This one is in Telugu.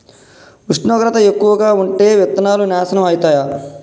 ఉష్ణోగ్రత ఎక్కువగా ఉంటే విత్తనాలు నాశనం ఐతయా?